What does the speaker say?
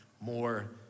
more